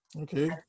Okay